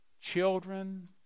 Children